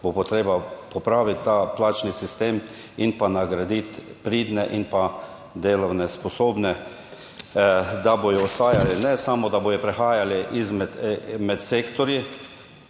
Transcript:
bo potrebno popraviti ta plačni sistem in pa nagraditi pridne in pa delovne, sposobne, da bodo ostajali, ne samo, da bodo prehajali med sektorji,